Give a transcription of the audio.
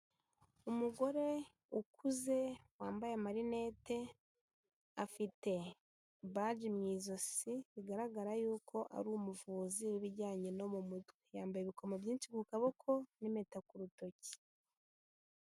Umugore ukuze wambaye amarinete, afite baji mu ijosi bigaragara yuko ari umuvuzi w'ibijyanye no mu mutwe, yambaye ibikomo byinshi ku kaboko n'impeta ku rutoki.